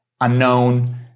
unknown